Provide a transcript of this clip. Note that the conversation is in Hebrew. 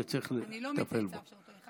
אני לא מצאצאיו של אותו אחד,